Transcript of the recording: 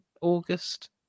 August